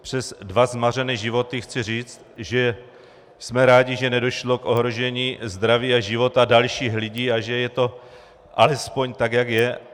Přes dva zmařené životy chci říct, že jsme rádi, že nedošlo k ohrožení zdraví a života dalších lidí a že je to alespoň tak, jak je.